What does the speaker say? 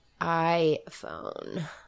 iPhone